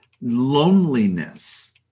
loneliness